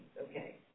okay